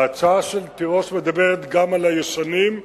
ההצעה של תירוש מדברת גם על הישנים,